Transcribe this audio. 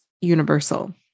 universal